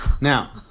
Now